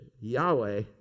Yahweh